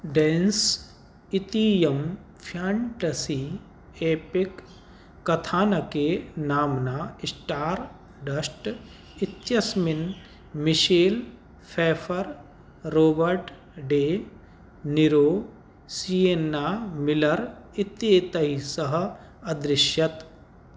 dense इतीयं fantasy epic कथानके नाम्ना इस्टार् डस्ट् इत्यस्मिन् Michelle Pfeiffer Robert De Niro Sienna Miller इत्येतैस्सह अदृश्यत